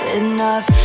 enough